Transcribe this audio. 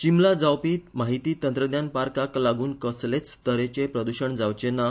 चिंबला जावपी माहिती तंत्रज्ञान पार्काक लागून कसलेच तरेचे प्रद्शण जावचे ना